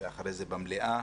ואחרי זה במליאה,